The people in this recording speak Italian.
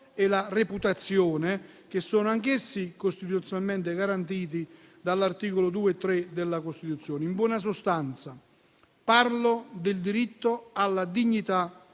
e la reputazione, che sono anch'essi costituzionalmente garantiti dagli articoli 2 e 3 della Costituzione. Parlo in buona sostanza del diritto alla dignità